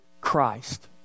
Christ